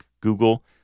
Google